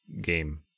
game